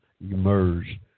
emerge